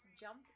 jump